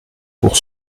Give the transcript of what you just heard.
pour